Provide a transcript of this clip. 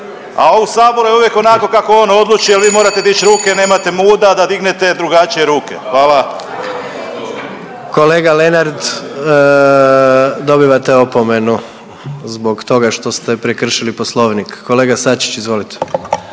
a u Saboru je uvijek onako kako on odluči jer vi morate dići ruke. Nemate muda da dignete drugačije ruke. Hvala. **Jandroković, Gordan (HDZ)** Kolega Lenart, dobivate opomenu zbog toga što ste prekršili Poslovnik. Kolega Sačić, izvolite.